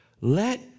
let